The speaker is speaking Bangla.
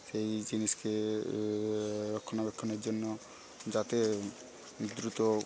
সেই জিনিসকে রক্ষণাবেক্ষণের জন্য যাতে দ্রুত